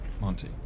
Monty